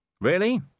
Really